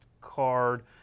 card